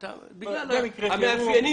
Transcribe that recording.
להפעיל.